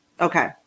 Okay